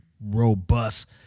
robust